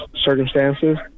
circumstances